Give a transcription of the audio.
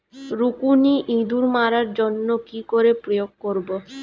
রুকুনি ইঁদুর মারার জন্য কি করে প্রয়োগ করব?